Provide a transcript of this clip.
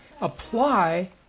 apply